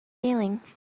feeling